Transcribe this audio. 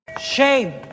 shame